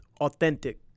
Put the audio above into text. authentic